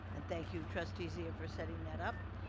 and thank you, trustee zia, for setting that up.